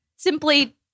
Simply